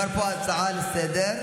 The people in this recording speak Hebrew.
מדובר פה על הצעה לסדר-היום,